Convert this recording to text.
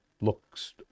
looks